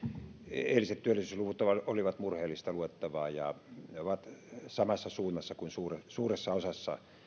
eiliset työllisyysluvut olivat murheellista luettavaa ja ne ovat samassa suunnassa kuin suuressa osassa